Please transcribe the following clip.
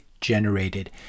generated